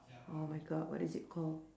oh my god what is it called